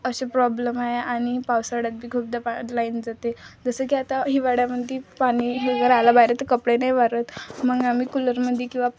असे प्रॉब्लम आहे आणि पावसाळ्यात बी खूपदा पा लाईन जाते जसं की आता हिवाळ्यामध्ये पाणी वगैरे आला बाहेर तर कपडे नाही वाळत मग आम्ही कूलरमध्ये किंवा